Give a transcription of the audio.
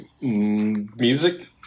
music